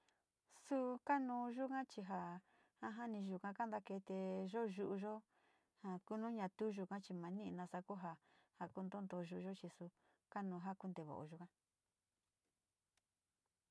Su kanuu yaga chi ja jaja ni yuga na keeteyo yu´uyo, ja kooñatu yuga chi mañi´i nasa kuu ja ja ku ntunto yu´uyo chi su kanu ja koonte vaa yuga.